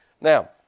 Now